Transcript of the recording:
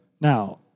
Now